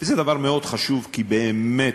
זה דבר מאוד חשוב כי, באמת,